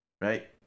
right